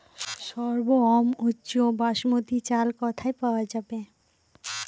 সর্বোওম উচ্চ বাসমতী চাল কোথায় পওয়া যাবে?